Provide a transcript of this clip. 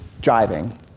driving